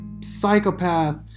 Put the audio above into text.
psychopath